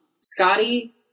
Scotty